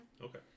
Okay